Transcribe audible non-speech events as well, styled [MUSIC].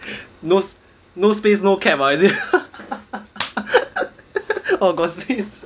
no space no caps ah [LAUGHS] oh got space